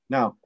Now